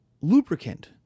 lubricant